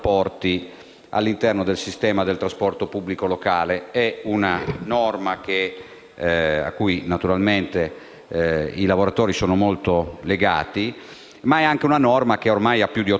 all'interno del sistema del trasporto pubblico locale. È una norma cui naturalmente i lavoratori sono molto legati, ma è anche una norma che ha ormai più di ottant'anni.